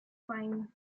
fine